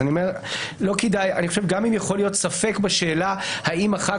אז אני אומר שגם אם יכול להיות ספק בשאלה האם אחר